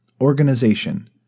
Organization